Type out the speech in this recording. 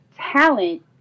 talent